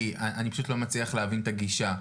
כי אני פשוט לא מצליח להבין את הגישה.